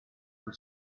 for